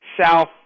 south